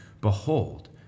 behold